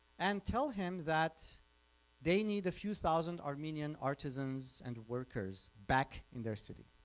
and tell him that they need a few thousand armenian artisans and workers back in their city.